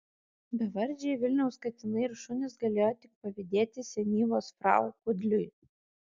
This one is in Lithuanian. bevardžiai vilniaus katinai ir šunys galėjo tik pavydėti senyvos frau kudliui